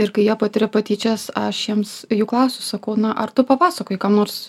ir kai jie patiria patyčias aš jiems jų klausiu sakau na ar tu papasakojai kam nors